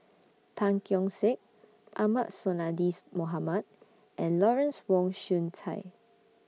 Tan Keong Saik Ahmad Sonhadji's Mohamad and Lawrence Wong Shyun Tsai